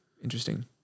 Interesting